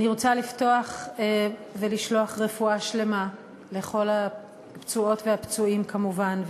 אני רוצה לפתוח ולשלוח רפואה שלמה לכל הפצועות והפצועים כמובן,